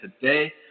today